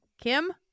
Kim